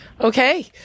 Okay